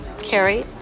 Carrie